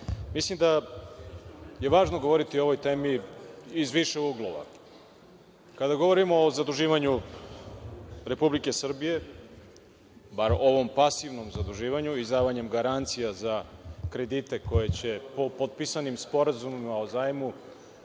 da je važno govoriti o ovoj temi iz više uglova. Kada govorimo o zaduživanju Republike Srbije, barem ovom pasivnom zaduživanju, izdavanju garancija za kredite koje će po potpisanim sporazumima o zajmu